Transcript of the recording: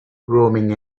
roaming